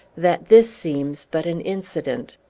that this seems but an incident.